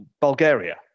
Bulgaria